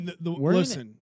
listen